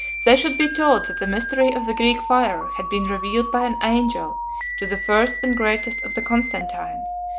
they should be told that the mystery of the greek fire had been revealed by an angel to the first and greatest of the constantines,